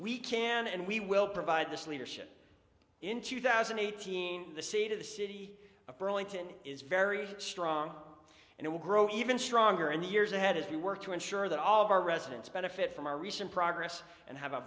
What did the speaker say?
we can and we will provide this leadership in two thousand and eighteen the seat of the city of brawling to end is very strong and it will grow even stronger in the years ahead as we work to ensure that all of our residents benefit from our recent progress and have a